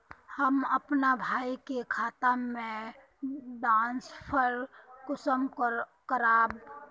हम अपना भाई के खाता में ट्रांसफर कुंसम कारबे?